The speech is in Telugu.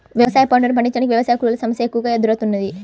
వ్యవసాయ పంటలు పండించటానికి వ్యవసాయ కూలీల సమస్య ఎక్కువగా ఎదురౌతున్నది